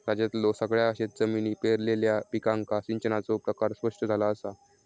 राज्यातल्यो सगळयो शेतजमिनी पेरलेल्या पिकांका सिंचनाचो प्रकार स्पष्ट झाला असा